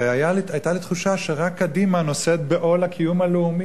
והיתה לי תחושה שרק קדימה נושאת בעול הקיום הלאומי.